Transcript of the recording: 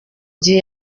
gihe